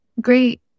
great